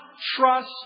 trust